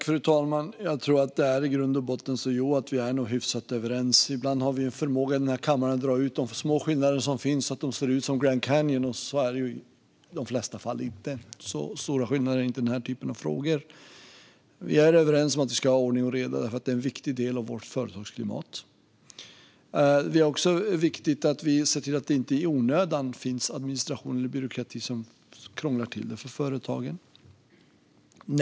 Fru talman! Jag tror att vi i grund och botten är hyfsat överens. Ibland har vi här i kammaren en förmåga att dra ut de små skillnader som finns så att de ser ut som Grand Canyon, och i de flesta fall är det ju inte så. Så stora skillnader finns det inte i frågor som dessa. Vi är överens om att det ska vara ordning och reda för att det är en viktig del av vårt företagsklimat. Det är också viktigt att se till att det inte i onödan finns administration och byråkrati som krånglar till det för företagen.